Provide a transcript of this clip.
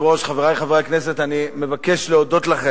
חבר הכנסת יואל חסון, בבקשה, הגיע הרגע של התודות.